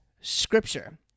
Scripture